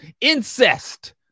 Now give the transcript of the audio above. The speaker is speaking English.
incest